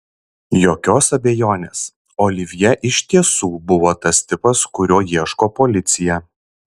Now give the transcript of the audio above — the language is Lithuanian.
jokios abejonės olivjė iš tiesų buvo tas tipas kurio ieško policija